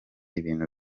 ibintu